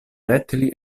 rettili